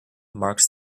marks